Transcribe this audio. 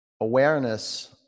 awareness